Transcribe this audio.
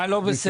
מה לא בסדר?